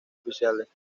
oficiales